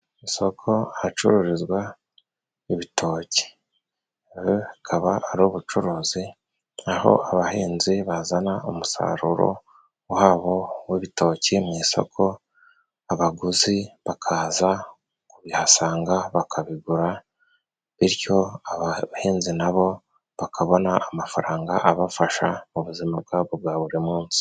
Isoko ahacururizwa ibitoki, akaba ari ubucuruzi aho abahinzi bazana umusaruro wabo w’ibitoki mu isoko, abaguzi bakaza kubihasanga, bakabigura. Bityo aba bahinzi nabo bakabona amafaranga abafasha mu buzima bwabo bwa buri munsi.